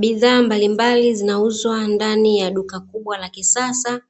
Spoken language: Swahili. Bidhaa mbalimbali zinauzwa ndani yaduka kubwa la kisasa,